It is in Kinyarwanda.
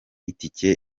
itike